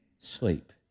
sleep